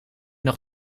nog